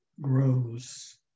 grows